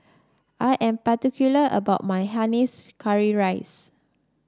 I am particular about my Hainanese Curry Rice